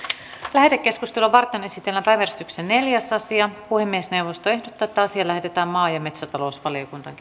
lähetekeskustelua varten esitellään päiväjärjestyksen neljäs asia puhemiesneuvosto ehdottaa että asia lähetetään maa ja metsätalousvaliokuntaan